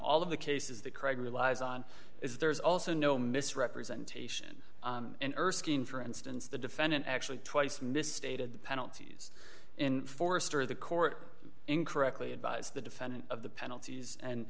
all of the cases that cry relies on is there is also no misrepresentation erskin for instance the defendant actually twice misstated the penalties in forster the court incorrectly advised the defendant of the penalties and